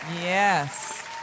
Yes